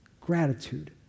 gratitude